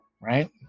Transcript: right